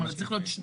זאת אומרת,